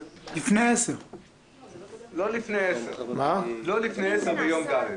לפני 10:00. לא לפני 10:00 ביום רביעי.